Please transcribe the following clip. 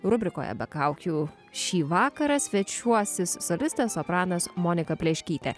rubrikoje be kaukių šį vakarą svečiuosis solistas sopranas monika pleškytė